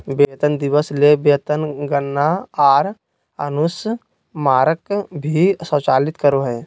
वेतन दिवस ले वेतन गणना आर अनुस्मारक भी स्वचालित करो हइ